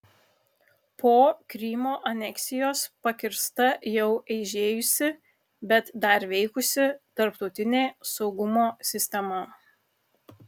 po krymo aneksijos pakirsta jau eižėjusi bet dar veikusi tarptautinė saugumo sistema